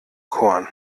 korn